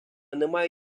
немає